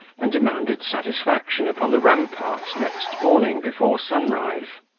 and demanded satisfaction upon the ramparts next morning before sunrise.